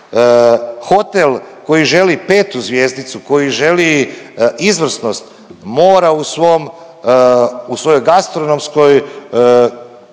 Hotel koji želi petu zvjezdicu, koji želi izvrsnost mora u svom, u svojoj gastronomskoj